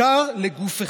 בעיקר לגוף אחד.